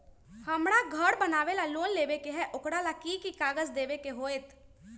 हमरा घर बनाबे ला लोन लेबे के है, ओकरा ला कि कि काग़ज देबे के होयत?